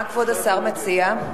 מה כבוד השר מציע?